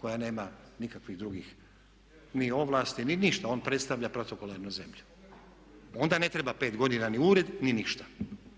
koja nema nikakvih drugih ni ovlasti ni ništa, on predstavlja protokolarnu zemlju. Onda ne treba 5 godina ni ured ni ništa